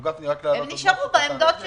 הם נשארו בעמדות שלהם.